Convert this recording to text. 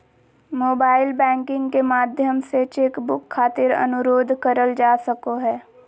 mobile banking के माध्यम से चेक बुक खातिर अनुरोध करल जा सको हय